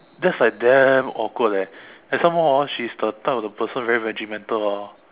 that's like damn awkward leh and some more hor she's the type of the person very regimental orh